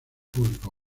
público